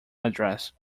address